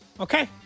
Okay